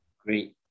Great